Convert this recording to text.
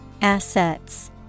Assets